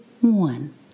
one